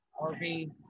Rv